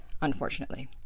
unfortunately